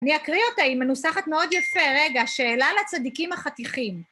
אני אקריא אותה, היא מנוסחת מאוד יפה, רגע, שאלה לצדיקים החתיכים.